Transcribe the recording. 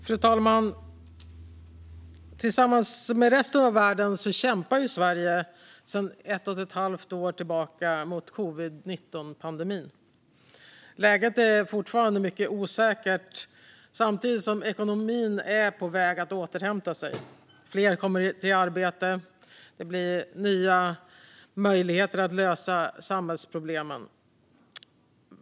Fru talman! Tillsammans med resten av världen kämpar Sverige sedan ett och ett halvt år tillbaka mot covid-19-pandemin. Läget är fortfarande mycket osäkert, samtidigt som ekonomin är på väg att återhämta sig. Fler kommer i arbete, och det blir nya möjligheter att lösa samhällsproblemen.